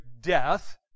death